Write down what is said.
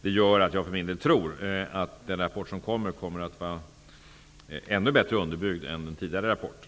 Det gör att jag för min del tror att den rapport som kommer är ännu bättre underbyggd än den tidigare rapporten.